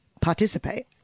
participate